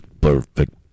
perfect